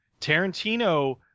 Tarantino